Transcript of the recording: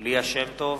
ליה שמטוב,